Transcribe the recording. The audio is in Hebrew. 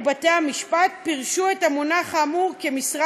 ובתי-המשפט פירשו את המונח האמור כמשרה